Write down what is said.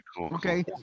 Okay